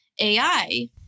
AI